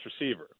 receiver